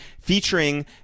featuring